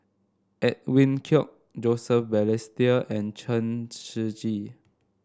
Edwin Koek Joseph Balestier and Chen Shiji